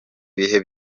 ibihe